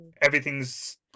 everything's